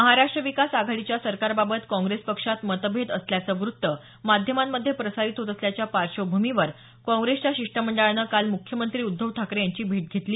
महाराष्ट्र विकास आघाडीच्या सरकारबाबत काँग्रेस पक्षात मतभेत असल्याचं वृत्त माध्यमांमध्ये प्रसारित होत असल्याच्या पार्श्वभूमीवर काँग्रेसच्या शिष्टमंडळानं काल मुख्यमंत्री उद्धव ठाकरे यांची भेट घेतली